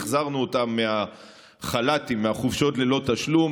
החזרנו אותם מהחופשות ללא תשלום,